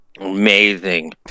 Amazing